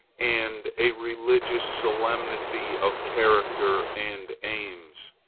and a religious solemnity of character and aims.